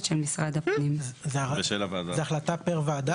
של משרד הפנים";"; זו החלטה פר ועדה?